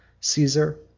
Caesar